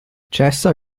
cessa